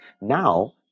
now